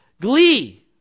Glee